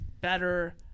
better